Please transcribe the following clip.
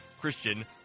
Christian